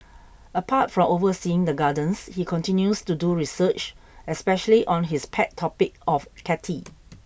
apart from overseeing the Gardens he continues to do research especially on his pet topic of catty